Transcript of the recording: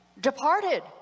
departed